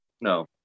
no